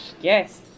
yes